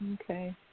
Okay